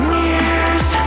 years